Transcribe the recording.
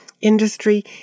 industry